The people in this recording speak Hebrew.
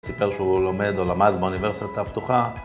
סיפר שהוא לומד או למד באוניברסיטה הפתוחה